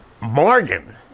Morgan